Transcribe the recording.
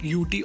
UT